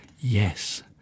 yes